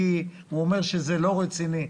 כי הוא אומר שזה לא רציני,